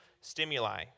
stimuli